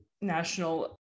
national